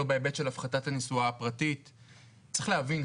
צריך להבין,